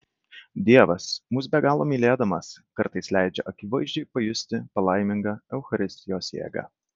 dievas mus be galo mylėdamas kartais leidžia akivaizdžiai pajusti palaimingą eucharistijos jėgą